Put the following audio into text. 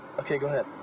okay, go ahead.